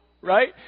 right